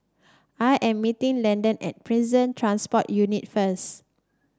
I am meeting Landen at Prison Transport Unit first